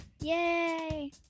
Yay